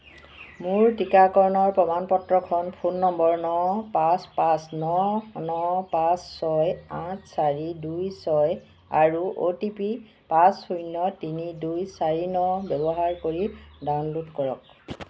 মোৰ টীকাকৰণৰ প্ৰমাণ পত্ৰখন ফোন নম্বৰ ন পাঁচ পাঁচ ন ন পাঁচ ছয় আঠ চাৰি দুই ছয় আৰু অ'টিপি পাঁচ শূন্য তিনি দুই চাৰি ন ব্যৱহাৰ কৰি ডাউনলোড কৰক